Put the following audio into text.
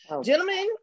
gentlemen